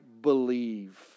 believe